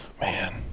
Man